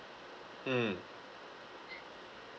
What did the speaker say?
mm